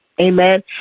Amen